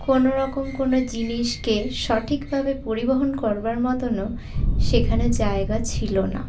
কোনোরকম কোনো জিনিসকে সঠিকভাবে পরিবহন করবার মতোনও সেখানে জায়গা ছিলো না